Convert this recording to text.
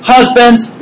Husbands